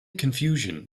confusion